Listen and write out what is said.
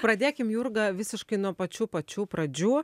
pradėkim jurgą visiškai nuo pačių pačių pradžių